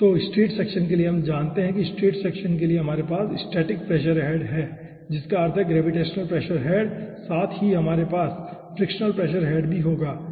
तो straight section के लिए हम जानते हैं कि स्ट्रैट सेक्शन के लिए हमारे पास स्टैटिक प्रेशर हेड है जिसका अर्थ है ग्रेविटेशनल प्रेशर हेड और साथ ही हमारे पास फ्रिक्शनल प्रेशर हेड भी होगा